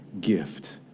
gift